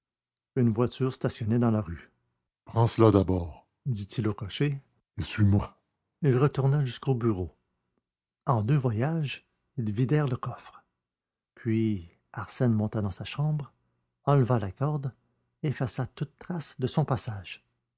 une voiture stationnait dans la rue prends cela d'abord dit-il au cocher et suis-moi il retourna jusqu'au bureau en deux voyages ils vidèrent le coffre puis arsène monta dans sa chambre enleva la corde effaça toute trace de son passage